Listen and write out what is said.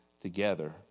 together